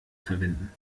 verwenden